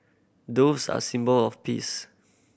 doves are symbol of peace